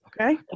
Okay